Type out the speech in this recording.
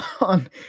on